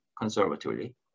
conservatively